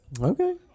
okay